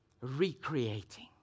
Recreating